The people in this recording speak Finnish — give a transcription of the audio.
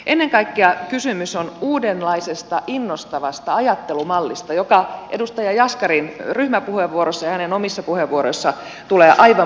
ennen kaikkea kysymys on uudenlaisesta innostavasta ajattelumallista joka edustaja jaskarin ryhmäpuheenvuorossa ja hänen omissa puheenvuoroissaan tulee aivan mainiosti esiin